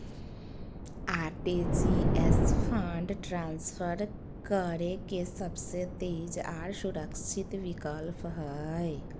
RTGS fund transfer करे के सबसे तेज आर सुरक्षित विकल्प हय